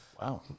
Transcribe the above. Wow